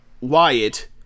Wyatt